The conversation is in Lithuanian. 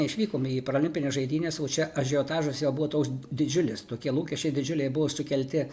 išvykome į paralimpines žaidynes o čia ažiotažas jau buvo toks didžiulis tokie lūkesčiai didžiuliai buvo sukelti